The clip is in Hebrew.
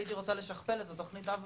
הייתי רוצה לשכפל את תכנית האב